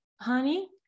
honey